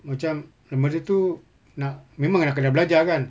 macam err macam tu nak memang nak kena belajar kan